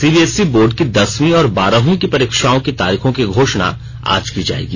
CBSE board की दसवीं और बारहवीं की परीक्षाओं की तारीखों की घोषणा आज की जायेगी